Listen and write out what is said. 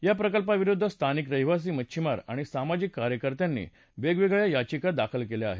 या प्रकल्पाविरुद्ध स्थानिक रहिवासी मच्छिमार आणि सामाजिक कार्यकर्त्यांनी वेगवेगळ्या याचिका दाखल केल्या आहेत